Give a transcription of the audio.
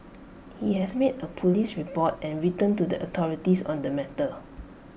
he has made A Police report and written to the authorities on the matter